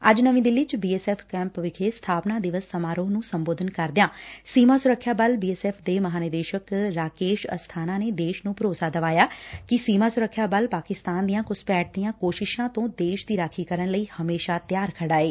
ਅੱਜ ਨਵੀਂ ਦਿੱਲੀ ਚ ਬੀ ਐਸ ਐਫ਼ ਕੈਂਪ ਵਿਖੇ ਸਬਾਪਨਾ ਦਿਵਸ ਸਮਾਗਮ ਨੁੰ ਸੰਬੋਧਨ ਕਰਦਿਆਂ ਸੀਮਾ ਸੁਰੱਖਿਆ ਬਲ ਦੇ ਮਹਾਂਨਿਦੇਸ਼ਕ ਰਾਕੇਸ਼ ਅਸਥਾਨਾਂ ਨੇ ਦੇਸ਼ ਨੂੰ ਭਰੋਸਾ ਦਵਾਇਆ ਕਿ ਸੀਮਾ ਸੁਰੱਖਿਆ ਬਲ ਪਾਕਿਸਤਾਨ ਦੀਆਂ ਬੁਸਪੈਠ ਦੀਆਂ ਕੋਸ਼ਿਸ਼ਾਂ ਤੋਾਂ ਦੇਸ਼ ਦੀ ਰਾਖੀ ਲਈ ਹਮੇਸ਼ਾ ਤਿਆਰ ਖੜਾ ਏ